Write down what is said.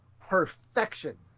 perfection